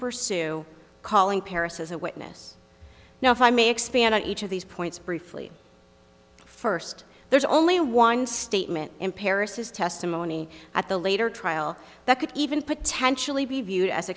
pursue calling paris's a witness now if i may expand on each of these points briefly first there's only one statement in paris's testimony at the later trial that could even potentially be viewed as